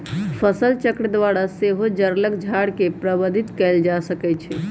फसलचक्र द्वारा सेहो जङगल झार के प्रबंधित कएल जा सकै छइ